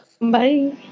Bye